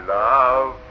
love